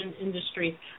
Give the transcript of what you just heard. industry